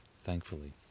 thankfully